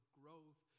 growth